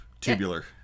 Tubular